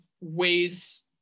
ways